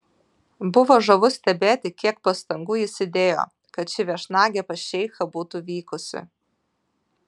buvo žavu stebėti kiek pastangų jis įdėjo kad ši viešnagė pas šeichą būtų vykusi